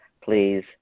Please